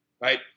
right